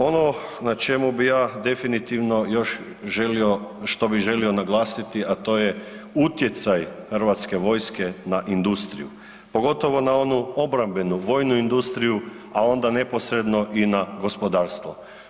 Ono na čemu bi ja definitivno još želio, što bi želio naglasiti a to je utjecaj hrvatske vojske na industriju, pogotovo na onu obrambenu, vojnu industriju a onda neposredno i na gospodarstvo.